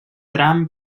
tram